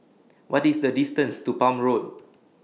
What IS The distance to Palm Road